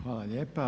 Hvala lijepa.